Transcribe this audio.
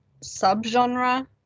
sub-genre